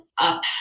up